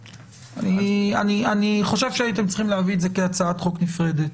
אני חושב שהייתם צריכים להביא את זה כהצעת חוק נפרדת,